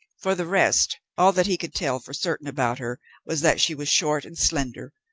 for the rest, all that he could tell for certain about her was that she was short and slender,